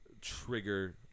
trigger